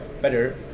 better